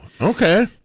okay